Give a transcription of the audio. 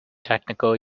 technical